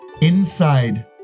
Inside